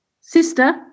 sister